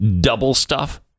double-stuff